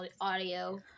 audio